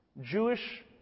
Jewish